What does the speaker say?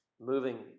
moving